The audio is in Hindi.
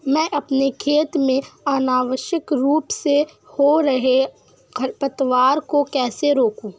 मैं अपने खेत में अनावश्यक रूप से हो रहे खरपतवार को कैसे रोकूं?